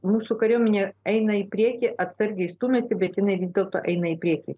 mūsų kariuomenė eina į priekį atsargiai stūmiasi vis dėlto eime į priekį